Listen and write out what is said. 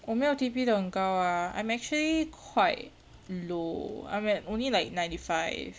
我没有 T_P 得很高 ah I'm actually quite low I'm at only like ninety five